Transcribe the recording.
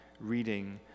reading